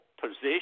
position